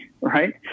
right